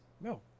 No